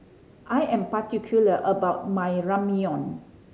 I am particular about my Ramyeon